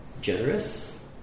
generous